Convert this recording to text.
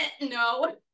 no